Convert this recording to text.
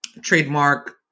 trademark